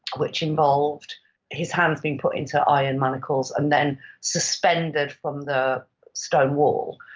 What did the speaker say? which involved his hands being put into iron manacles and then suspended from the stone wall,